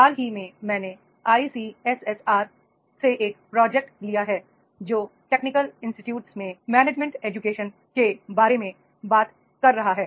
हाल ही में मैंने आईसीएसएसआर से एक प्रोजेक्ट लिया है जो टेक्निकल इंस्टिट्यूट मैनेजमेंट एजुकेशन के बारे में बात कर रहा है